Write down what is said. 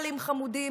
ליברלים חמודים.